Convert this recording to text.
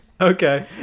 okay